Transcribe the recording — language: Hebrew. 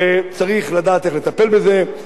וצריך לדעת איך לטפל בזה,